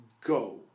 go